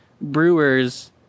brewers